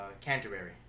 Canterbury